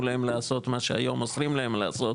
להם לעשות את מה שהיום אוסרים להם לעשות,